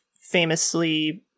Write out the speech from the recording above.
famously